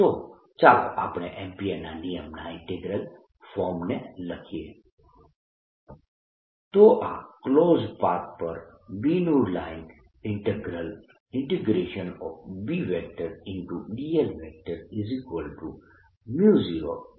તો ચાલો આપણે એમ્પીયરના નિયમના ઈન્ટીગ્રલ ફોર્મને લખીએ તો આ ક્લોઝડ પાથ પર B નું લાઈન ઈન્ટીગ્રલ B